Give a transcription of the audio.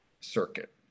circuit